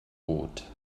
brot